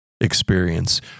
experience